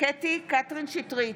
קטי קטרין שטרית,